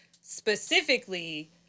specifically